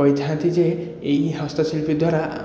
କହିଥାନ୍ତି ଯେ ଏହି ହସ୍ତଶିଳ୍ପୀ ଦ୍ୱାରା